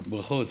ברכות.